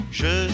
je